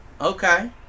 Okay